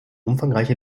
umfangreiche